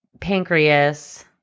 Pancreas